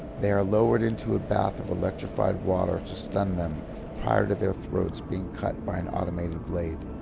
they are lowered into a bath of electrified water to stun them prior to their throats being cut by an automated blade,